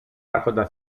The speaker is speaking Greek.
άρχοντα